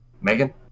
Megan